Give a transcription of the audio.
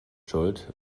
schuld